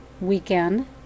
Weekend